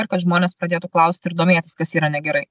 ir kad žmonės pradėtų klausti ir domėtis kas yra negerai